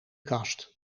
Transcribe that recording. kast